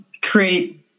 create